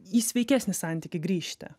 į sveikesnį santykį grįžti